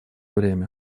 время